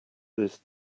this